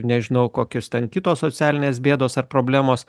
nežinau kokios ten kitos socialinės bėdos ar problemos